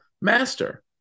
Master